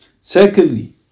Secondly